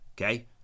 okay